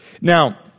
Now